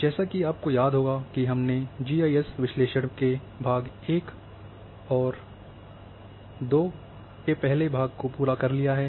जैसा कि आपको याद होगा कि हमने जी आई एस विश्लेषण के भाग एक और दो एक को पूरा कर लिया है